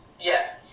Yes